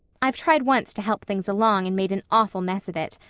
i've tried once to help things along and made an awful mess of it.